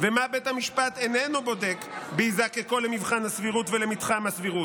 ומה בית המשפט אינו בודק בהיזקקו למבחן הסבירות ולמתחם הסבירות.